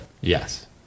Yes